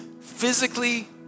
physically